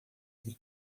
entre